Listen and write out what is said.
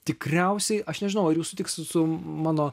tikriausiai aš nežinau ar jūs sutiksit su mano